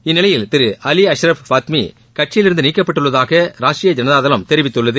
இந்நிலையில் அலி அஷ்ரப் ஆத்மி கட்சியிலிருந்துநீக்கப்பட்டுள்ளதாக ராஷ்ட்ரீய ஜனதாதளம் தெரிவித்துள்ளது